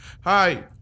Hi